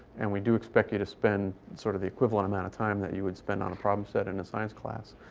and we do expect you to spend sort of the equivalent amount of time that you would spend on a problem set in a science class